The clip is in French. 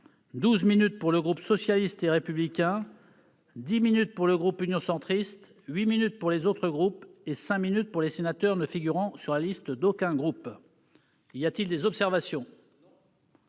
12 minutes pour le groupe socialiste et républicain, 10 minutes pour le groupe Union Centriste, 8 minutes pour les autres groupes et 5 minutes pour les sénateurs ne figurant sur la liste d'aucun groupe. Y a-t-il des observations ?